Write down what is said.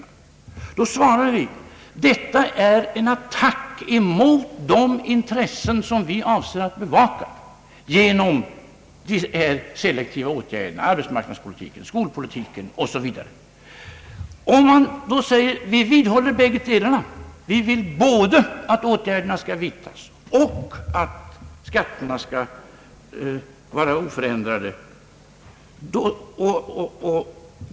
På det svarar vi att det är en attack mot de intressen som vi avser att bevaka genom selektiva åtgärder, arbetsmarknadspolitiken, skolpolitiken osv. Vi vidhåller både att åtgärderna skall vidtas och att skatterna skall vara oförändrade.